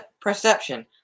perception